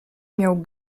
miał